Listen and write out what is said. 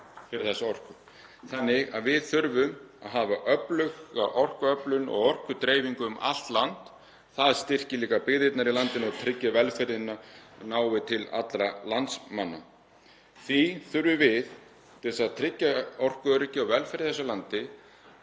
fyrir þessa orku. Við þurfum að hafa öfluga orkuöflun og orkudreifingu um allt land. Það styrkir líka byggðirnar í landinu og tryggir að velferðin nái til allra landsmanna. Því þurfum við, til þess að tryggja orkuöryggi og velferð í þessu landi,